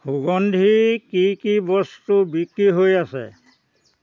সুগন্ধিৰ কি কি বস্তু বিক্ৰী হৈ আছে